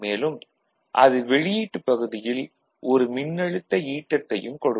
மேலும் அது வெளியீட்டுப் பகுதியில் ஒரு மின்னழுத்த ஈட்டத்தையும் கொடுக்கும்